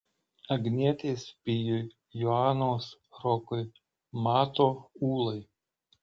agnietės pijui joanos rokui mato ūlai